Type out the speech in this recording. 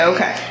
Okay